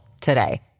today